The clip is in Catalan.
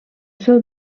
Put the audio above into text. seu